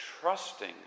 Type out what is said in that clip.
trusting